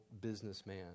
businessman